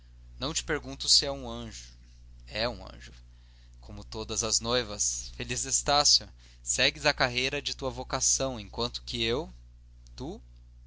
não te pergunto se é um anjo é um anjo como todas as noivas feliz estácio segues a carreira de tua vocação enquanto que eu tu